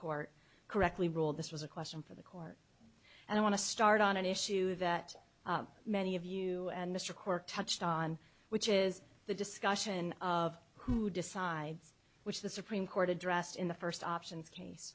court correctly ruled this was a question for the court and i want to start on an issue that many of you mr quirke touched on which is the discussion of who decides which the supreme court addressed in the first options case